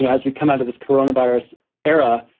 as we come out of this coronavirus era,